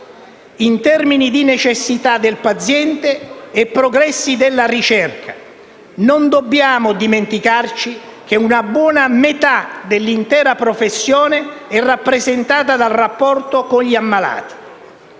in termini di necessità del paziente e progressi della ricerca, non dobbiamo dimenticarci che una buona metà dell'intera professione è rappresentata dal rapporto con gli ammalati.